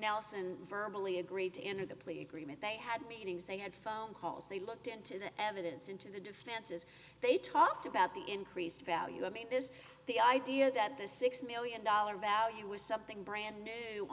nelson virtually agreed to enter the plea agreement they had meetings they had phone calls they looked into the evidence into the defenses they talked about the increased value i mean this the idea that the six million dollar value was something brand new on